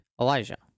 Elijah